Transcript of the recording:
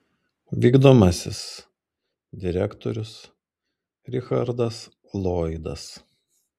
vykdomasis direktorius richardas lloydas